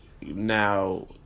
now